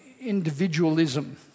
individualism